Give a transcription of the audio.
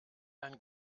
einen